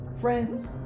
friends